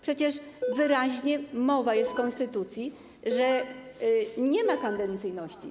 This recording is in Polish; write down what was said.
Przecież wyraźnie mowa jest w konstytucji, że nie ma kadencyjności.